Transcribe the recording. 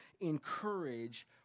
encourage